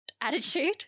attitude